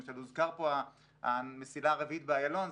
למשל, הוזכר פה המסילה הרביעית באיילון.